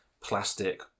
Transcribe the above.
plastic